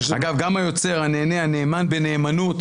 אגב, גם היוצא, הנאמן בנאמנות.